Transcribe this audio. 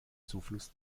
zufluss